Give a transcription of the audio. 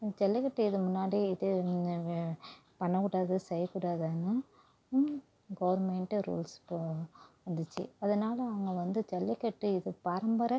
ஜல்லிக்கட்டு இது முன்னாடி இது பண்ணக்கூடாது செய்ய கூடாதுன்னும் கவர்மெண்டு ரூல்ஸ் போ இருந்துச்சி அதனால் அவங்க வந்து ஜல்லிக்கட்டு இது பரம்பரை